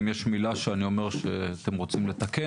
אם יש מילה שאני אומר שאתם רוצים לתקן,